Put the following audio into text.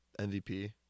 MVP